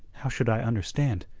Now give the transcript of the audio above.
how should i understand?